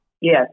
Yes